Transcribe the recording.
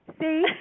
See